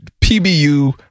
PBU